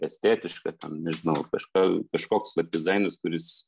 estetiška nežinau kažką kažkoks vat dizainas kuris